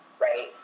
Right